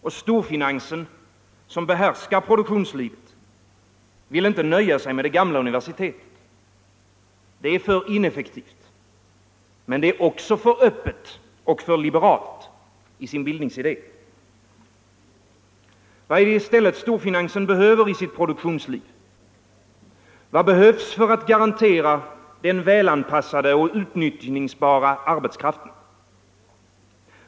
Och storfinansen, som behärskar produktionslivet, vill inte nöja sig med det gamla universitetet. Det är för ineffektivt — men det är också för öppet och för liberalt i sin bildningsidé. Vad är det i stället storfinansen behöver i sitt produktionsliv? Vad behövs för att garantera den välanpassade och utnyttjningsbara arbetskraften?